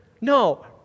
no